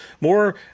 more